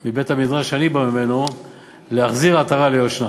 של בית-המדרש שאני בא ממנו "להחזיר עטרה ליושנה".